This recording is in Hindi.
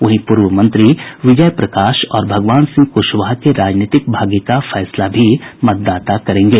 वहीं पूर्व मंत्री विजय प्रकाश और भगवान सिंह कुशवाहा के राजनीतिक भाग्य का फैसला भी मतदाता करेंगे